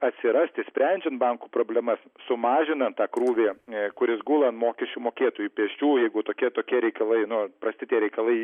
atsirasti sprendžiant bankų problemas sumažinant tą krūvį kuris gula ant mokesčių mokėtojų pečių jeigu tokie tokie reikalai nu prasti tie reikalai